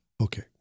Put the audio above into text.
Okay